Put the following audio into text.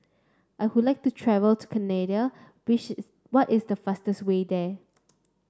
I would like to travel to Canada which what is the fastest way there